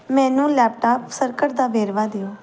ਮੈਨੂੰ laptop circuit ਦਾ ਵੇਰਵਾ ਦਿਓ